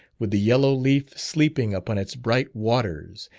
with the yellow leaf sleeping upon its bright waters,